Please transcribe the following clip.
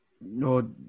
No